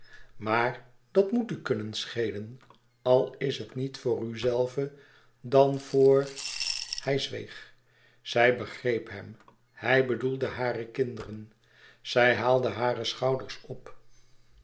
maar dat moet u kunnen schelen al is het niet voor uzelve dan voor hij zweeg zij begreep hem hij bedoelde hare kinderen zij haalde hare schouders op